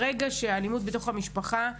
באלימות בתוך המשפחה,